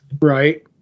Right